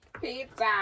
Pizza